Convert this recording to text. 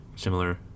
similar